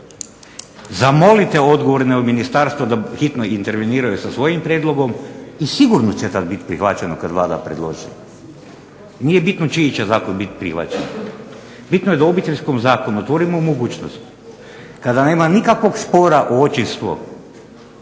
zamolite odgovorne od Ministarstva da hitno interveniraju sa svojim prijedlogom i sigurno će tada biti prihvaćeno kada Vlada predloži. Nije bitno čiji će Zakon biti prihvaćen. Bitno je da u Obiteljskom zakonu otvorimo mogućnost kada nema nikakvog spora o očinstvu,